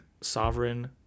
sovereign